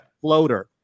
floater